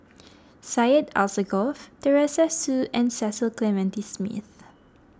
Syed Alsagoff Teresa Hsu and Cecil Clementi Smith